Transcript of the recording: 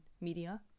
media